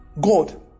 god